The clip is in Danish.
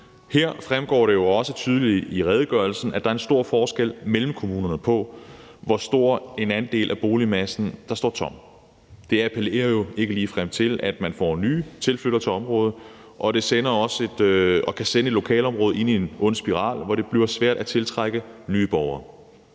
her fremgår det også tydeligt i redegørelsen, at der er stor forskel mellem kommunerne på, hvor stor en andel af boligmassen der står tom. Det appellerer jo ikke ligefrem til, at man får nye tilflyttere til området, og det kan sende et lokalområde ind i en ond spiral, hvor det bliver svært at tiltrække nye borgere.